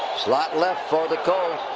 slot left for the colts.